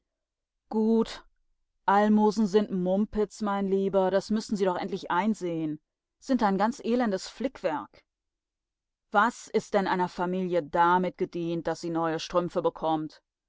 gut almosen sind mumpitz mein lieber das müßten sie doch endlich einsehen sind ein ganz elendes flickwerk was ist denn einer familie damit gedient daß sie neue strümpfe bekommt